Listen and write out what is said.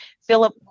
Philip